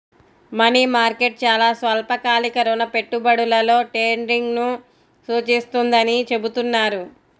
money market చాలా స్వల్పకాలిక రుణ పెట్టుబడులలో ట్రేడింగ్ను సూచిస్తుందని చెబుతున్నారు